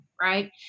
right